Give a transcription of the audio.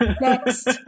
Next